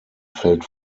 fällt